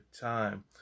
time